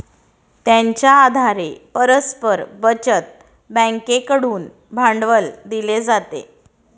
त्यांच्या आधारे परस्पर बचत बँकेकडून भांडवल दिले जाते